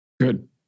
Good